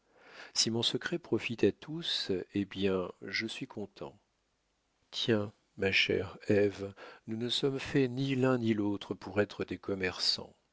si mon secret profite à tous eh bien je suis content tiens ma chère ève nous ne sommes faits ni l'un ni l'autre pour être des commerçants